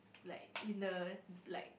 like in the like